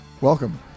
Welcome